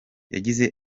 yagize